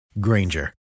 Granger